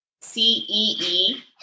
c-e-e